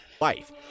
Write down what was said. Life